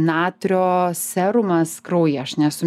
natrio serumas kraujy aš nesu